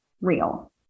real